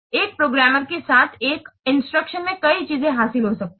एक प्रोग्रामर के साथ एक इंस्ट्रक्शन में कई चीजें हासिल हो सकती हैं